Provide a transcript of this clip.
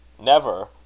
Never